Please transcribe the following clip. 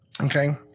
Okay